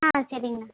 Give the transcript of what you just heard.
ஆ சரிங்கண்ணா